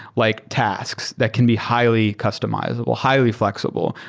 like tasks that can be highly customizable, highly fl exible,